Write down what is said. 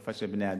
בשפה של בני-אדם: